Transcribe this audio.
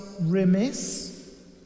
remiss